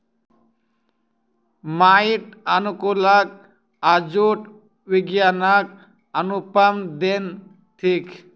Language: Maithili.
माइट अनुकूलक आजुक विज्ञानक अनुपम देन थिक